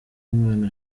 umwana